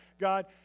God